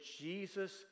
Jesus